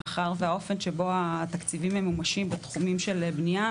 מאחר והאופן שבו התקציבים ממומשים בתחומים של בניה,